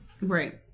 Right